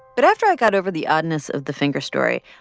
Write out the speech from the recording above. but after i got over the oddness of the finger story,